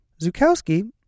Zukowski